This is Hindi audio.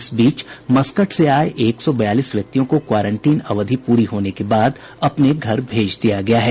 इस बीच मस्कट से आए एक सौ बयालीस व्यक्तियों को क्वारंटीन अवधि प्री होने के बाद अपने घर भेज दिया गया है